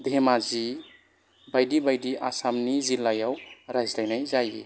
धेमाजि बायदि बायदि आसामनि जिल्लायाव रायज्लायनाय जायो